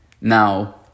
Now